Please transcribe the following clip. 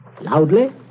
Loudly